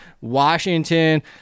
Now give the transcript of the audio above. Washington